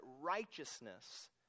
righteousness